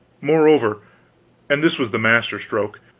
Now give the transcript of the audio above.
moreover and this was the master stroke